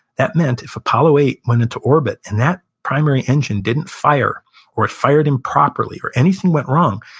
that meant if apollo eight went into orbit and that primary engine didn't fire or it fired improperly or anything went wrong,